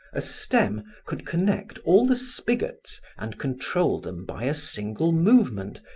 a stem could connect all the spigots and control them by a single movement,